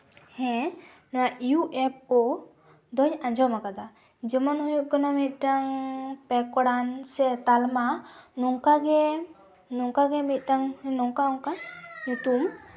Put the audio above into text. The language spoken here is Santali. ᱦᱮᱸ ᱱᱚᱣᱟ ᱤᱭᱩ ᱮᱯᱷ ᱳ ᱫᱚᱭ ᱟᱸᱡᱚᱢ ᱠᱟᱫᱟ ᱡᱮᱢᱚᱱ ᱦᱩᱭᱩᱜ ᱠᱟᱱᱟ ᱢᱤᱫᱴᱟᱝ ᱯᱮᱠᱚᱲᱟᱱ ᱥᱮ ᱛᱟᱞᱢᱟ ᱱᱚᱝᱠᱟᱜᱮ ᱱᱚᱝᱠᱟᱜᱮ ᱢᱤᱫᱴᱟᱱ ᱚᱝᱠᱟ ᱚᱝᱠᱟ ᱧᱩᱛᱩᱢ